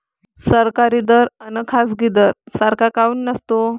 सरकारी दर अन खाजगी दर सारखा काऊन नसतो?